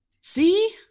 See